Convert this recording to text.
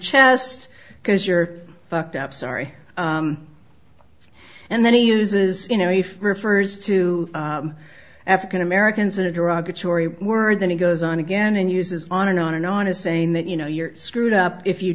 chest because you're fucked up sorry and then he uses you know if refers to african americans in a derogatory word then he goes on again and uses on and on and on his saying that you know you're screwed up if you